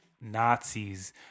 Nazis